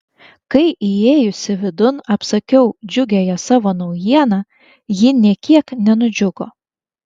kai įėjusi vidun apsakiau džiugiąją savo naujieną ji nė kiek nenudžiugo